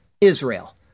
Israel